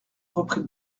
reprit